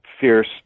fierce